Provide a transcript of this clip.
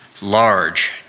large